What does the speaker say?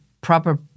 proper